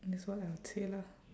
and that's what I would say lah